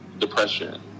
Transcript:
Depression